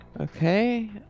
Okay